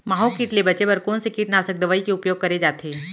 माहो किट ले बचे बर कोन से कीटनाशक दवई के उपयोग करे जाथे?